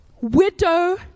widow